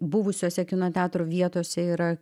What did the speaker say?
buvusiose kino teatro vietose yra